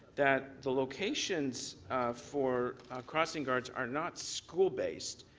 that the locations for crossing guards are not school based,